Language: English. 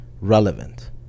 relevant